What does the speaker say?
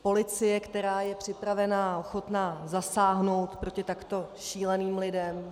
Policie, která je připravená a ochotná zasáhnout proti takto šíleným lidem.